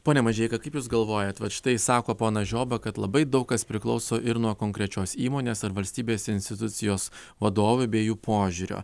pone mažeika kaip jūs galvojat vat štai sako ponas žioba kad labai daug kas priklauso ir nuo konkrečios įmonės ar valstybės institucijos vadovų bei jų požiūrio